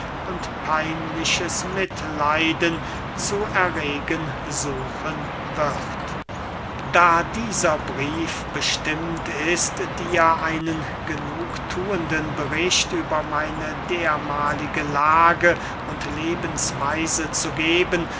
und peinliches mitleiden zu erregen suchen wird christoph martin wieland da dieser brief bestimmt ist dir einen genugthuenden bericht über meine dermahlige lage und lebensweise zu geben